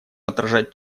отражать